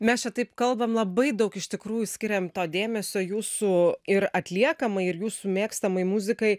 mes čia taip kalbam labai daug iš tikrųjų skiriame to dėmesio jūsų ir atliekamai ir jūsų mėgstamai muzikai